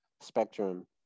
spectrum